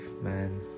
man